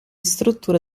strutture